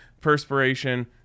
perspiration